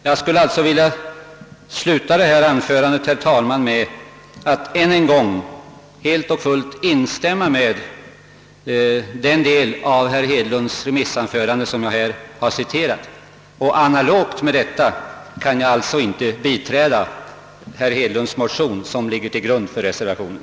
Jag skulle vilja sluta detta anförande, herr talman, med att än en gång helt och fullt instämma i den del av herr Hedlunds remissanförande som jag här har citerat. Analogt med detta kan jag alltså inte biträda herr Hedlunds motion, som ligger till grund för reservationen.